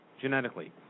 genetically